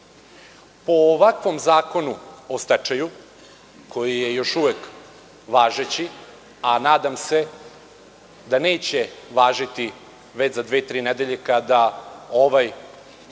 ovakvom Zakonu o stečaju koji je još uvek važeći, a nadam se da neće važiti već za dve, tri nedelje kada ova